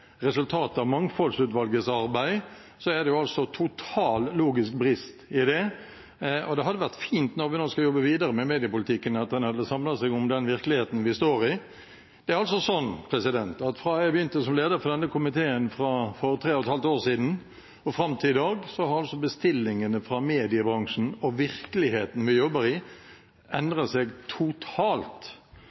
resultatet av Mediemangfoldsutvalgets arbeid, så er det en total logisk brist i det. Det hadde vært fint, når vi nå skal jobbe videre med mediepolitikken, at en hadde samlet seg om den virkeligheten vi står i. Det er altså sånn at fra jeg begynte som leder for denne komiteen for tre og et halvt år siden og fram til i dag, har bestillingene fra mediebransjen og virkeligheten vi jobber i, endret seg totalt.